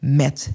met